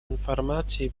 информации